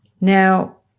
Now